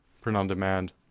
print-on-demand